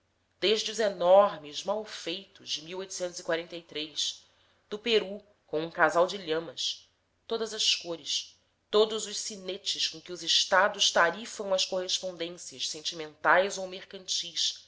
desde os enormes malfeitos de do peru com um casal de lhamas todas as cores todos os sinetes com que os estados tarifam as correspondências sentimentais ou mercantis